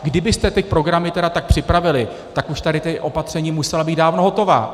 Kdybyste ty programy tedy tak připravili, tak už tady ta opatření musela být dávno hotová.